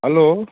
hello